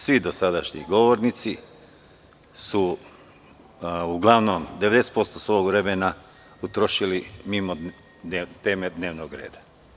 Svi dosadašnji govornici su uglavnom 90% svog vremena utrošili mimo teme dnevnog reda.